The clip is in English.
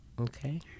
Okay